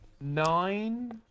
Nine